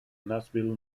nashville